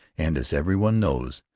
and, as every one knows,